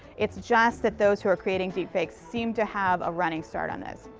it's just that those who are creating deepfakes seem to have a running start on this.